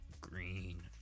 green